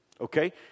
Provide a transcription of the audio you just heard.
Okay